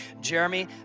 Jeremy